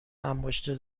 انباشته